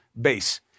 base